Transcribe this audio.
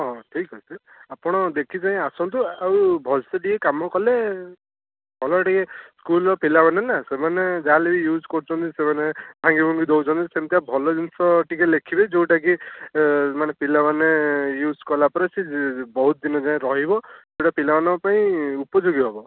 ହଁ ଠିକ୍ ଅଛି ଆପଣ ଦେଖିଚାହିଁ ଆସନ୍ତୁ ଆଉ ଭଲ ସେ ଟିକେ କାମ କଲେ ଭଲରେ ଟିକେ ସ୍କୁଲର ପିଲାମାନେ ନା ସେମାନେ ଯାହା ହେଲେ ବି ୟୁଜ୍ କରୁଛନ୍ତି ସେମାନେ ଭାଙ୍ଗିଭୁଙ୍ଗି ଦେଉଛନ୍ତି ସେମିତିଆ ଭଲ ଜିନିଷ ଟିକେ ଲେଖିବେ ଯେଉଁଟା କି ପିଲାମାନେ ୟୁଜ୍ କଲାପରେ ସେ ବହୁତ ଦିନ ଯାଏଁ ରହିବ ସେଇଟା ପିଲାମାନଙ୍କ ପାଇଁ ଉପଯୋଗୀ ହେବ